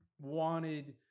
wanted